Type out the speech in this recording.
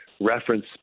reference